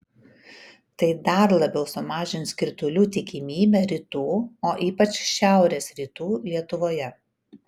tai dar labiau sumažins kritulių tikimybę rytų o ypač šiaurės rytų lietuvoje